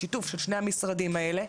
בשיתוף של שני המשרדים האלה.